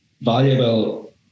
valuable